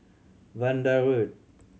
Vanda Road